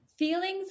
Feelings